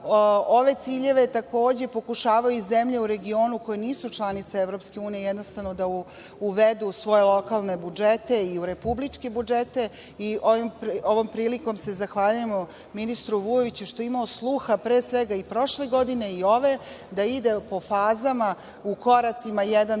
ove ciljeve takođe pokušavaju i zemlje u regionu koje nisu članice EU da uvedu u svoje lokalne budžete i u republičke budžete. Ovom prilikom se zahvaljujemo ministru Vujoviću što je imao sluha, pre svega, i prošle godine i ove, da ide po fazama u koracima